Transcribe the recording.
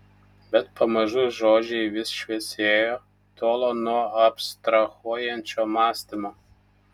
bet pamažu žodžiai vis šviesėjo tolo nuo abstrahuojančio mąstymo